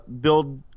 build